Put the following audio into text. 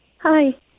hi